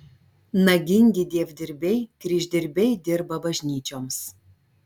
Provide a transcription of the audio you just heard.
nagingi dievdirbiai kryždirbiai dirba bažnyčioms